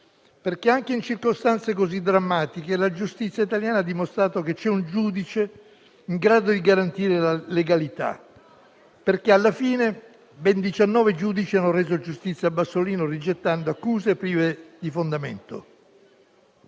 perché, anche in circostanze così drammatiche, la giustizia italiana ha dimostrato che c'è un giudice in grado di garantire la legalità visto che, alla fine, ben 19 giudici hanno reso giustizia a Bassolino, rigettando accuse prive di fondamento.